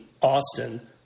Austin